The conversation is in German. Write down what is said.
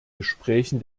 gesprächen